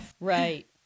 Right